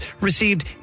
received